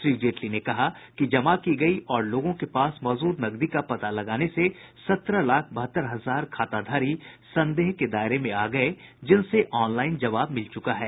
श्री जेटली ने कहा कि जमा की गयी और लोगों के पास मौजूद नगदी का पता लगने से सत्रह लाख बहत्तर हजार खाताधारी संदेह के दायरे में आ गये जिनसे ऑनलाइन जवाब मिल चुका है